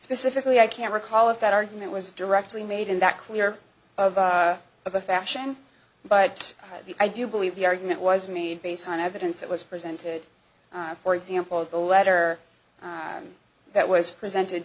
specifically i can't recall if that argument was directly made in that clear of a fashion but i do believe the argument was made based on evidence that was presented for example a letter that was presented